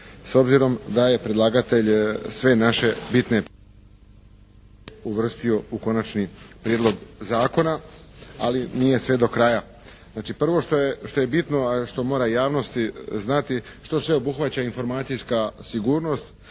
s obzirom da je predlagatelj sve naše bitne …/Prekid snimke, ne čuje se./… uvrstio u konačni prijedlog zakona ali nije sve do kraja. Znači, prvo što je bitno, što mora javnost znati što sve obuhvaća informacijska sigurnost,